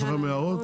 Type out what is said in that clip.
יש לכם הערות?